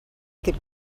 could